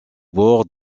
bord